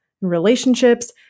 relationships